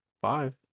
Five